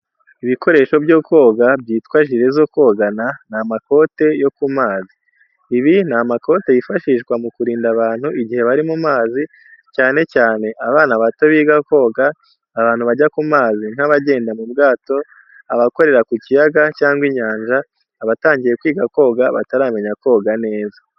Ibikoresho byo koga byitwa jire zo kogana, ni amakote yo ku mazi. Ibi ni amakote yifashishwa mu kurinda abantu igihe bari mu mazi, cyane cyane: abana bato biga koga, abantu bajya ku mazi nk'abagenda mu bwato, abakorera ku kiyaga cyangwa inyanja, abatangiye kwiga koga bataramenya koga neza.